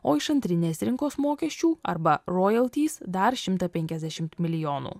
o iš antrinės rinkos mokesčių arba rojaltys dar šimtą penkiasdešimt milijonų